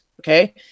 Okay